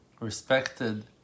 respected